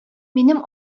минем